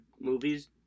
movies